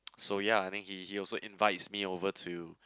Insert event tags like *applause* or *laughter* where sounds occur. *noise* so ya I think he he also invites me over to